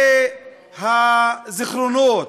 זה הזיכרונות,